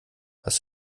was